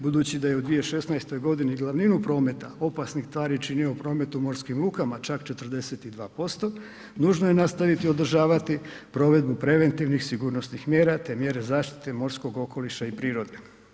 Budući da je u 2016. g. glavninu prometa opasnih tvari činio promet u morskim lukama, čak 42%, nužno je nastaviti održavati provedbu preventivnih sigurnosnih mjera te mjere zaštite morskog okoliša i prirode.